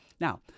Now